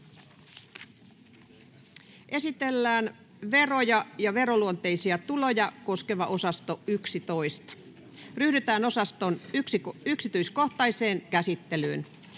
Esitellään sekalaisia tuloja koskeva osasto 12. Ryhdytään osaston yksityiskohtaiseen käsittelyyn